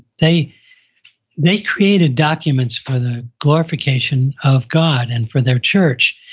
they they created documents for the glorification of god and for their church.